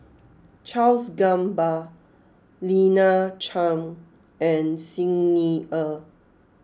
Charles Gamba Lina Chiam and Xi Ni Er